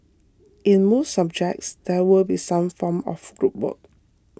in most subjects there will be some form of group work